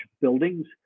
buildings